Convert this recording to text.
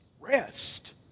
rest